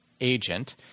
agent